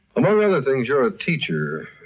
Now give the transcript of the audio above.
among other things, you're a teacher,